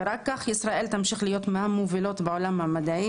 ורק כך ישראל תמשיך להיות מהמובילות בעולם המדעי